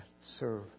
serve